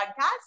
podcast